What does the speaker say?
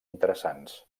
interessants